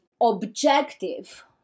objective